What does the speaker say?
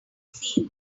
feel